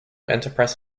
enterprise